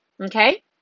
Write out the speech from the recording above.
Okay